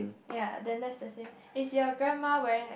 ya then that's the same is your grandma wearing